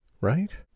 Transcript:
right